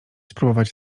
spróbować